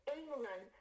england